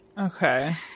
Okay